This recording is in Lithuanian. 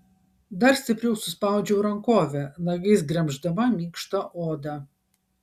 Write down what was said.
dar stipriau suspaudžiau rankovę nagais gremždama minkštą odą